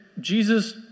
Jesus